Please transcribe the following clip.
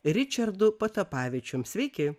ričardu patapavičium sveiki